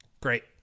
great